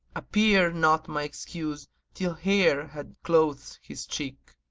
appeared not my excuse till hair had clothed his cheek,